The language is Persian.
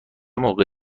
موقع